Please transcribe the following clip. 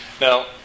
Now